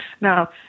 now